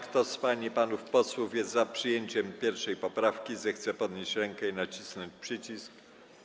Kto z pań i panów posłów jest za przyjęciem 1. poprawki, zechce podnieść rękę i nacisnąć przycisk.